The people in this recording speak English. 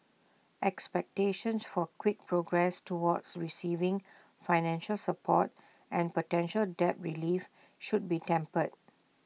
expectations for quick progress toward receiving financial support and potential debt relief should be tempered